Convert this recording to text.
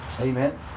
Amen